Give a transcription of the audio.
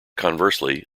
conversely